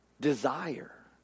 Desire